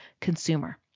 consumer